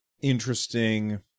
interesting